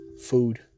food